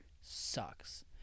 sucks